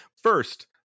First